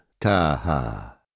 Taha